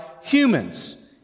humans